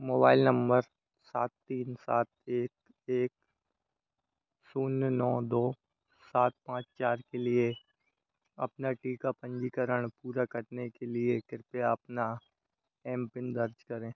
mobile number सात तीन सात एक एक शून्य नौ दो सात पाँच चार के लिए अपना टीका पंजीकरण पूरा करने के लिए कृपया अपना एम पिन दर्ज करें